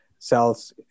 cells